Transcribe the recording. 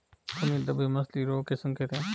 खूनी धब्बे मछली रोग के संकेत हैं